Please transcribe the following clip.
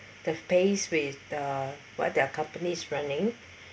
the pace with the what their companies running